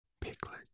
Piglet